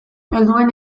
helduen